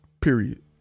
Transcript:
period